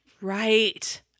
Right